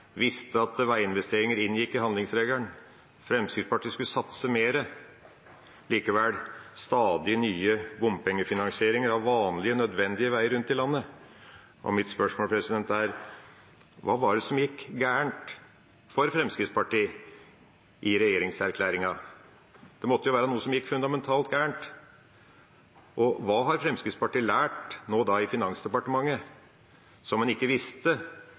visste at veiinvesteringer inngikk i den. Fremskrittspartiet skulle satse mer, men likevel: stadig nye bompengefinansieringer av vanlige, nødvendige veier rundt i landet. Mitt spørsmål er: Hva gikk galt for Fremskrittspartiet i regjeringserklæringen? Det måtte jo være noe som gikk fundamentalt galt. Og hva har Fremskrittspartiet lært nå i Finansdepartementet som en ikke visste